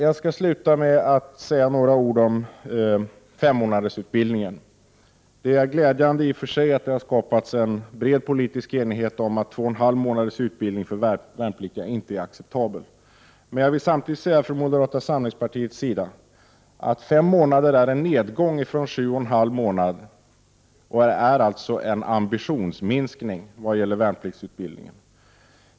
Jag skall sluta med att säga några ord om 5-månadersutbildningen. Det är i och för sig glädjande att det har skapats en bred politisk enighet om att 2,5 månaders utbildning för värnpliktiga inte är acceptabel. Men från moderata samlingspartiets sida vill jag säga att fem månader är en nedgång från 7,5 månader. Det är en minskning av ambitionen vad gäller värnpliktsutbildningen.